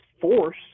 force